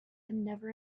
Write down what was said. never